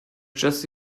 jesse